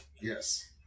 Yes